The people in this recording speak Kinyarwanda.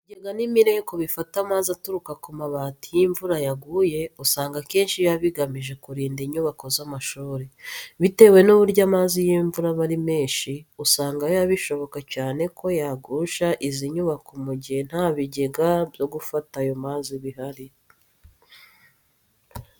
Ibigega n'imireko bifata amazi aturuka ku mabati iyo imvura yaguye usanga akenshi biba bigamije kurinda inyubako z'amashuri. Bitewe n'uburyo amazi y'imvura aba ari menshi, usanga biba bishoboka cyane ko yagusha izi nyubako mu gihe nta bigega byo gufata ayo mazi bihari.